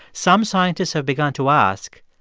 some scientists have begun to ask,